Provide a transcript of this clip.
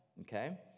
okay